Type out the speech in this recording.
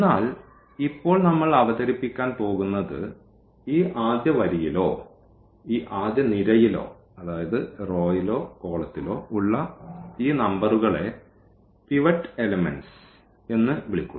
എന്നാൽ ഇപ്പോൾ നമ്മൾ അവതരിപ്പിക്കാൻ പോകുന്നത് ഈ ആദ്യ വരിയിലോ ഈ ആദ്യ നിരയിലോ ഉള്ള ഈ നമ്പറുകളെ പിവറ്റ് എലെമെന്റ്സ് എന്ന് വിളിക്കുന്നു